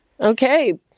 Okay